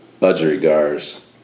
budgerigars